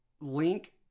link